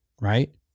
Right